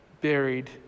buried